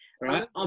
right